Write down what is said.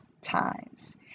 times